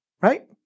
right